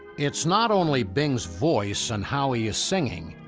it's not only bing's voice and how he is singing.